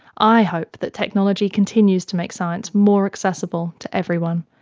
i hope that technology continues to make science more accessible to everyone.